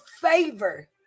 favor